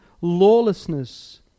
lawlessness